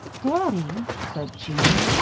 daddy, said jeanne,